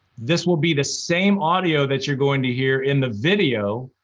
this will be the same audio that you're going to hear in the video,